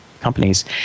companies